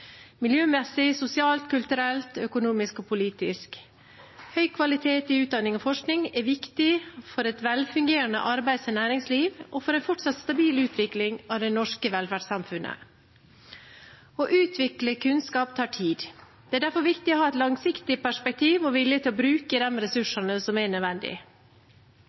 miljømessig, sosialt, kulturelt, økonomisk og politisk. Høy kvalitet i utdanning og forskning er viktig for et velfungerende arbeids- og næringsliv og for en fortsatt stabil utvikling av det norske velferdssamfunnet. Å utvikle kunnskap tar tid. Det er derfor viktig å ha et langsiktig perspektiv og vilje til å bruke de ressursene som er nødvendig.